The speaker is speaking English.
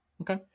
okay